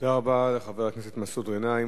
תודה רבה לחבר הכנסת מסעוד גנאים.